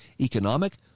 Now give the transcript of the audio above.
economic